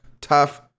tough